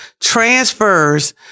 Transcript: Transfers